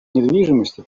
недвижимости